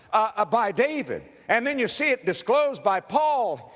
ah, by david, and then you see it disclosed by paul.